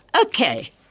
Okay